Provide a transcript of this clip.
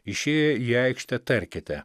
išėję į aikštę tarkite